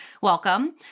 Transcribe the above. Welcome